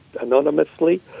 anonymously